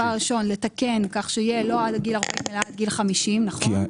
הראשון לתקן כך שיהיה לא עד גיל 40 אלא עד גיל 50. נכון?